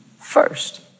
first